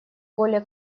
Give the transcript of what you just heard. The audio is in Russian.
более